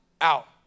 out